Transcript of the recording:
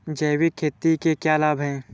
जैविक खेती के क्या लाभ हैं?